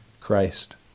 Christ